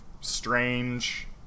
strange